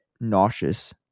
nauseous